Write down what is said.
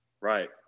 Right